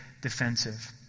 defensive